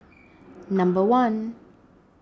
number one